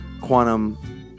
Quantum